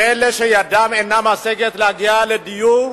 עם אלה שידם אינה משגת להגיע לדיור